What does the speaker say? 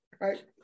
right